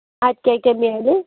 اَتہِ کیٛاہ کیٛاہ میلہِ مےٚ